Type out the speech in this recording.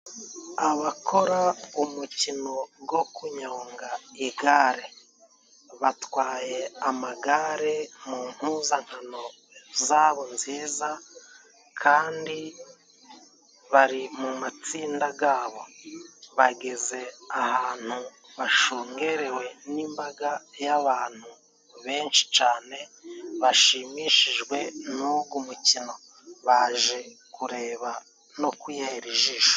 Abakora umukino go kunyonga igare. Batwaye amagare mu mpuzankano zabo nziza, kandi bari mu matsinda gabo. bageze ahantu bashungerewe n'imbaga y'abantu benshi cane, bashimishijwe n'umukino baje kureba no kwihera ijisho.